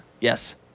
Yes